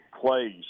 plays